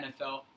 NFL